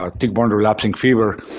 um tick-borne relapsing fever